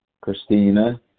Christina